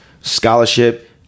scholarship